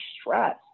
stress